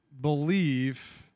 believe